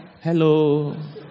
hello